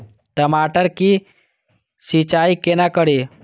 टमाटर की सीचाई केना करी?